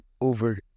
over